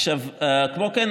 כמו כן,